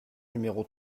numéro